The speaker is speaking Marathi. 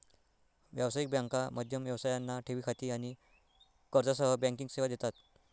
व्यावसायिक बँका मध्यम व्यवसायांना ठेवी खाती आणि कर्जासह बँकिंग सेवा देतात